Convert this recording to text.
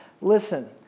Listen